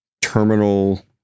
terminal